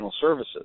services